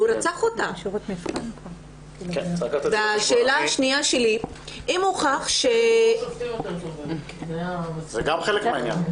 --- זה גם חלק מהעניין.